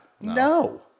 No